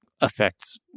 affects